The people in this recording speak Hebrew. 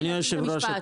אדוני היושב ראש,